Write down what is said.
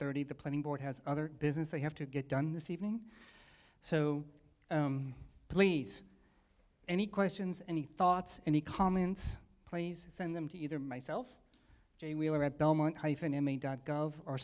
thirty the planning board has other business they have to get done this evening so please any questions any thoughts any comments please send them to either myself or at belmont hyphen him a dot gov or